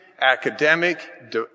academic